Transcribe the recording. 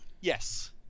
Yes